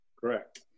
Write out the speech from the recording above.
Correct